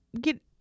get